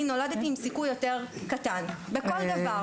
נולדתי עם סיכוי יותר קטן בעבודה,